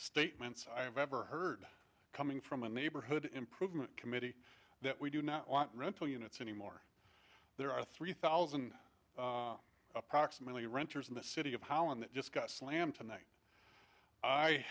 statements i have ever heard coming from a neighborhood improvement committee that we do not want rental units anymore there are three thousand approximately renters in the city of holland that just got slammed tonight i